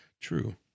True